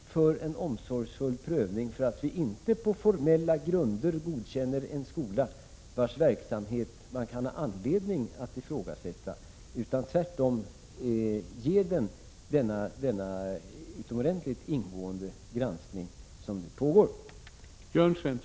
1986/87:62 omsorgsfull prövning och för att vi inte på formella grunder godkänner en = 2 februari 1987 skola vars verksamhet man kan ha anledning att ifrågasätta utan tvärtom ger